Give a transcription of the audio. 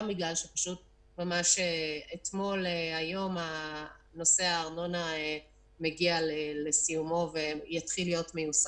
משום שאתמול והיום נושא הארנונה מגיע לסיומו ויתחיל להיות מיושם.